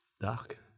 dark